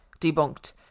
debunked